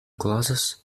closes